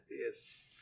yes